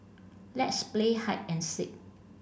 let's play hide and seek